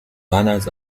banners